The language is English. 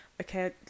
Okay